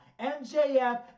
MJF